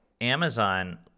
Amazon